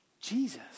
Jesus